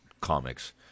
comics